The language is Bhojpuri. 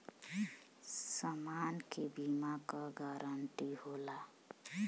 समान के बीमा क गारंटी होला